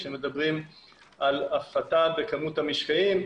כאשר מדברים על הפחתה בכמות המשקעים,